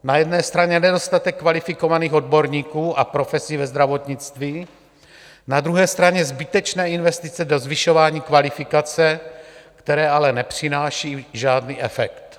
Na jedné straně nedostatek kvalifikovaných odborníků a profesí ve zdravotnictví, na druhé straně zbytečné investice do zvyšování kvalifikace, které ale nepřinášejí žádný efekt.